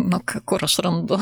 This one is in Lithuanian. nu k kur aš randu